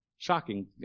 Shocking